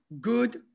good